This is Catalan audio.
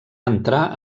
entrar